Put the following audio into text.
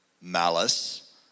malice